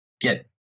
get